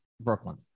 Brooklyn